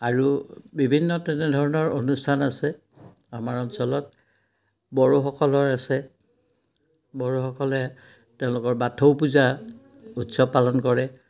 আৰু বিভিন্ন তেনেধৰণৰ অনুষ্ঠান আছে আমাৰ অঞ্চলত বড়োসকলৰ আছে বড়োসকলে তেওঁলোকৰ বাথৌ পূজা উৎসৱ পালন কৰে